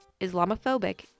Islamophobic